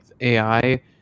AI